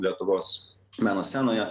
lietuvos meno scenoje